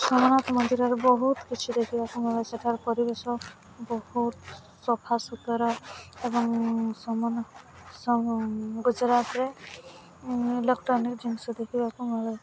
ଜଗନ୍ନାଥ ମନ୍ଦିରରେ ବହୁତ କିଛି ଦେଖିବାକୁ ମିଳୁଛି ସେଠାରେ ପରିବେଶ ବହୁତ ସଫାସୁତୁରା ଏବଂ ସମାନ ଗୁଜୁରାଟରେ ଇଲେକ୍ଟ୍ରୋନିକ୍ ଜିନିଷ ଦେଖିବାକୁ ମିଳେ